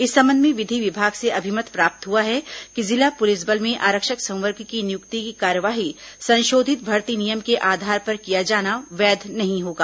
इस संबंध में विधि विभाग से अभिमत प्राप्त हुआ है कि जिला पुलिस बल में आरक्षक संवर्ग की नियुक्ति की कार्यवाही संशोधित भर्ती नियम के आधार पर किया जाना वैध नहीं होगा